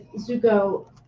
Zuko